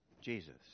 Jesus